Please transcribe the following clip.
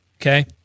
okay